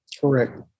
Correct